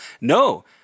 No